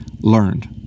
learned